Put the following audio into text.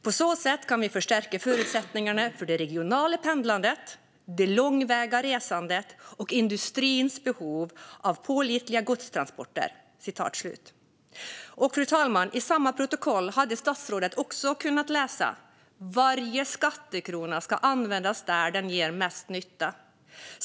På så sätt kan vi stärka förutsättningarna för det regionala pendlandet, det långväga resandet och industrins behov av pålitliga godstransporter. Fru talman! I samma protokoll hade statsrådet också kunnat läsa: Varje skattekrona ska användas där den gör mest nytta.